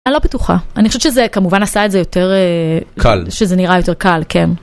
אני לא בטוחה. אני חושבת שזה כמובן עשה את זה יותר... קל. שזה נראה יותר קל, כן.